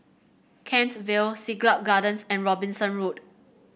Kent Vale Siglap Gardens and Robinson Road